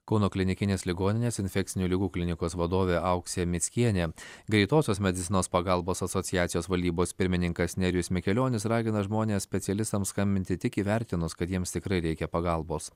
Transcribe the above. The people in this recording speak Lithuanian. kauno klinikinės ligoninės infekcinių ligų klinikos vadovė auksė mickienė greitosios medicinos pagalbos asociacijos valdybos pirmininkas nerijus mikelionis ragina žmones specialistams skambinti tik įvertinus kad jiems tikrai reikia pagalbos